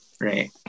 right